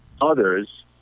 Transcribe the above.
others